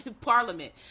parliament